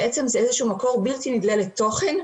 בעצם זה איזשהו מקור בלתי נדלה לתוכן,